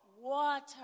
water